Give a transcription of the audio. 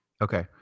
Okay